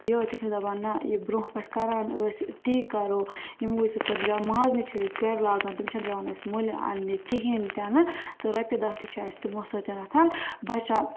یِہٲے تِم چھِ دَپان نَہ یہِ برٛونٛہہ پٮ۪ٹھ کَران ٲسۍ تی کَرو یموٕے سۭتۍ جا مازنہِ چھِ أسۍ گھرِ لاگان تِم چھَنہٕ پیٚوان اسہِ مٔلۍ اَننہِ کِہیٖنۍ تہِ نہٕ تہٕ رۄپیہِ دَہ تہِ چھِ اسہِ تِمو سۭتۍ بَچان